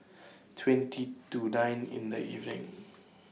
twenty to nine in The evening